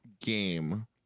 game